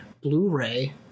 Blu-ray